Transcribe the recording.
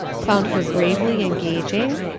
found her gravely engaging?